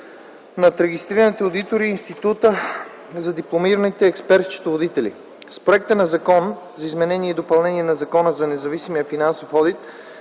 над регистрираните одитори и Института на дипломираните експерт-счетоводители. С проекта на Закон за изменение и допълнение на Закона за независимия финансов одит